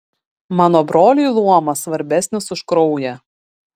mano broliui luomas svarbesnis už kraują